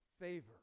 favor